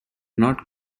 not